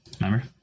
Remember